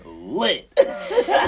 lit